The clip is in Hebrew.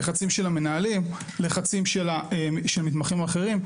אלפי שקלים בשכר המתמחים.